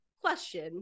question